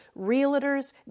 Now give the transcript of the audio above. realtors